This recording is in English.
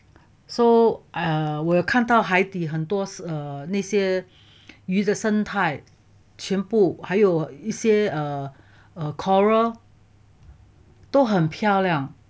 so I err 我有看到海底很多 err 那些鱼的生态全部还有一些 err err coral 都很漂亮